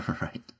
right